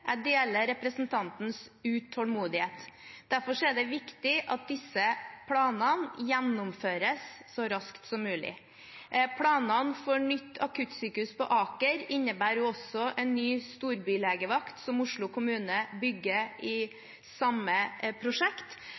jeg deler representantens utålmodighet. Derfor er det viktig at disse planene gjennomføres så raskt som mulig. Planene for nytt akuttsykehus på Aker innebærer også en ny storbylegevakt, som Oslo kommune bygger i samme prosjekt.